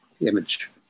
image